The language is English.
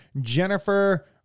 Jennifer